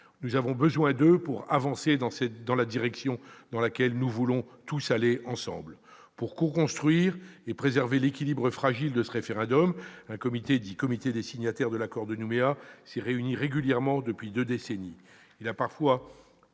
nous avons besoin d'eux pour avancer dans la direction dans laquelle nous voulons tous aller ensemble. Pour coconstruire et préserver l'équilibre fragile de ce référendum, un comité dit des signataires de l'accord de Nouméa s'est réuni régulièrement pendant deux décennies.